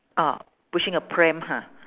oh pushing a pram ha